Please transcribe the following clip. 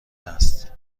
است